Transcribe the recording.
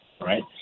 Right